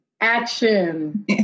Action